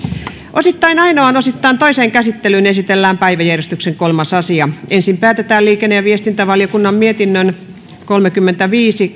osittain ainoaan osittain toiseen käsittelyyn esitellään päiväjärjestyksen kolmas asia ensin päätetään liikenne ja viestintävaliokunnan mietinnön kolmekymmentäviisi